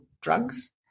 drugs